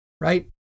right